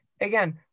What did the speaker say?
again